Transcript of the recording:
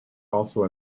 also